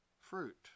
fruit